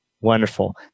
Wonderful